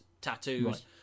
tattoos